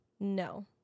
No